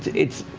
it's.